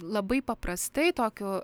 labai paprastai tokiu